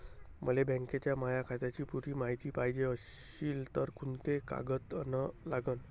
मले बँकेच्या माया खात्याची पुरी मायती पायजे अशील तर कुंते कागद अन लागन?